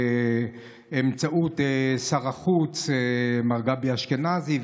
באמצעות שר החוץ מר גבי אשכנזי,